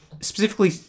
specifically